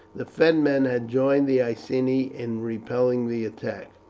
the fenmen had joined the iceni in repelling the attack.